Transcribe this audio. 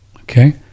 Okay